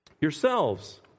yourselves